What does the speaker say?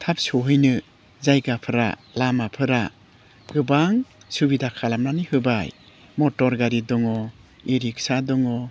थाब सहैनो जायगाफ्रा लामाफ्रा गोबां सुबिदा खालामनानै होबाय मटर गारि दङ इ रिक्सा दङ